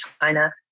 China